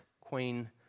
Queen